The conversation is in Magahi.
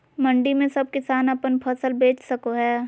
मंडी में सब किसान अपन फसल बेच सको है?